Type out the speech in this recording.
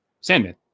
sandman